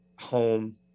home